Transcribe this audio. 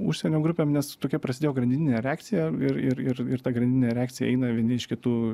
užsienio grupėm nes tokia prasidėjo grandininė reakcija ir ir ir ir ta grandininė reakcija eina vieni iš kitų